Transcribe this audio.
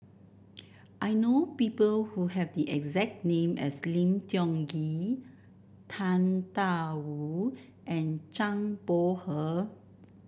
I know people who have the exact name as Lim Tiong Ghee Tang Da Wu and Zhang Bohe